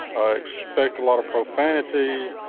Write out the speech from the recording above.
ah expect a lot of profanity,